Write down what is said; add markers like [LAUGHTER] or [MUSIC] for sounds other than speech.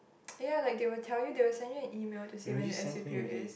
[NOISE] !aiya! like they will tell you they will send you an email to say when the S_U period is